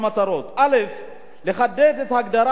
לחדד את הגדרת העבירה הפלילית של הסתה